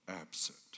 absent